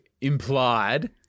implied